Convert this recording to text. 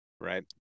Right